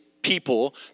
people